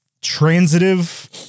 transitive